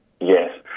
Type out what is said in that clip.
Yes